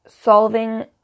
solving